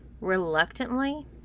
reluctantly